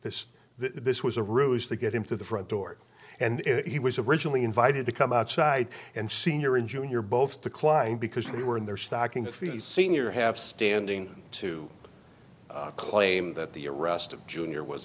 this this was a ruse to get him to the front door and he was originally invited to come outside and senior in junior both declined because they were in their stocking feet his senior have standing to claim that the arrest of junior was